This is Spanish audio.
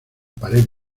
pared